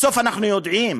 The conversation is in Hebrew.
בסוף אנחנו יודעים,